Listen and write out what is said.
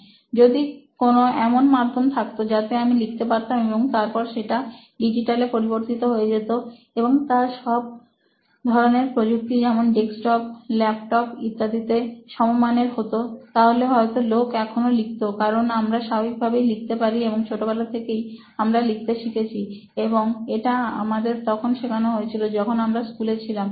যদি কোনো এমন মাধ্যম থাকতো যাতে আমি লিখতে পারতাম এবং তারপর সেটা ডিজিটাল এ পরিবর্তিত হয়ে যেতো এবং তা সব ধরনের প্রযুক্তি যেমন ডেস্কটপ ল্যাপটপ ইত্যাদিতে সমমানের হতো তাহলে হয়তো লোক এখনো লিখত কারণ আমরা স্বাভাবিকভাবেই লিখতে পারি এবং ছোটবেলা থেকেই আমরা লিখতে শিখেছি এবং এটা আমাদের তখন শেখানো হয়েছিল যখন আমরা স্কুলে ছিলাম